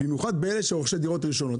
במיוחד באלה שרוכשי דירות ראשונות.